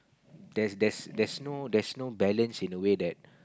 there's there's there's no there's no balance in a way that